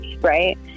Right